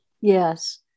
Yes